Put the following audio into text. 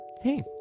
hey